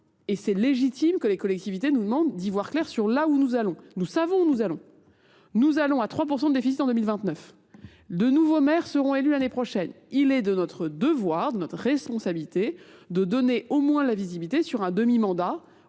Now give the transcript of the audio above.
Et c'est légitime que les collectivités nous demandent d'y voir clair sur là où nous allons. Nous savons où nous allons. Nous allons à 3% de déficit en 2029. De nouveaux maires seront élus l'année prochaine. Il est de notre devoir, de notre responsabilité, de donner au moins la visibilité sur un demi-mandat